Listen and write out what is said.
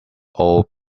old